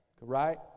Right